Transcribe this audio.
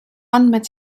andmed